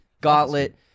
Gauntlet